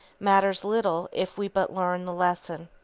matters little if we but learn the lesson.